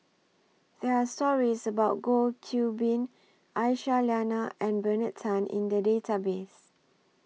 There Are stories about Goh Qiu Bin Aisyah Lyana and Bernard Tan in The Database